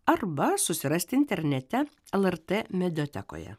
arba susirasti internete lrt mediatekoje